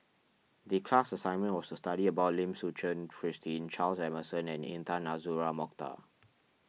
the class assignment was to study about Lim Suchen Christine Charles Emmerson and Intan Azura Mokhtar